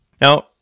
Now